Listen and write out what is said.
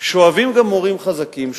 שואבים גם מורים חזקים,